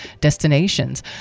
destinations